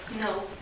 No